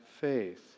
faith